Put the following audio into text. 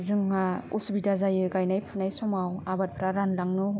जोंहा असुबिदा जायो गाइनाय फुनाय समाव आबादफ्रा रानलांनो